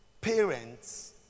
parents